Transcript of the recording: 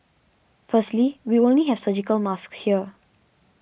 firstly we only have surgical masks here